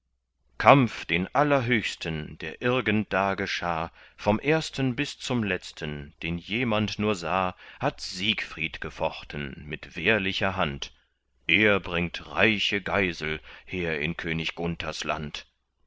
kampf den allerhöchsten der irgend da geschah vom ersten bis zum letzten den jemand nur sah hat siegfried gefochten mit wehrlicher hand er bringt reiche geisel her in könig gunthers land